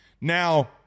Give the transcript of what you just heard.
Now